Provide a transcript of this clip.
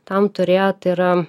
tam turėjo tai yra